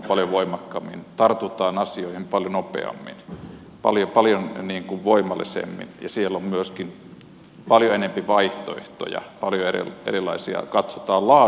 paljon voimakkaammin tartutaan asioihin paljon nopeammin paljon voimallisemmin ja siellä on myöskin paljon enempi erilaisia vaihtoehtoja